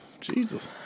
Jesus